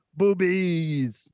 Boobies